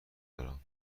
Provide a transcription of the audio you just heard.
دارم